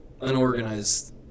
Unorganized